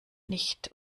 nicht